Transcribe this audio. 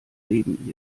neben